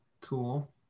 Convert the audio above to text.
Cool